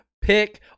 pick